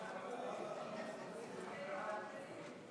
סעיף 2,